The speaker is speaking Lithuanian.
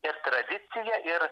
ir tradicija ir